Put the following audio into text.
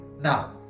Now